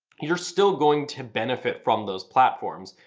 you're still going to benefit from those platforms.